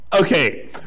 Okay